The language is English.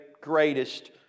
greatest